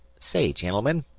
say, gen'elmen,